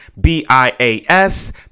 B-I-A-S